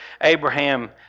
Abraham